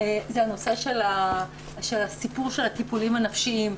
זה נושא של הסיפור של הטיפולים הנפשיים.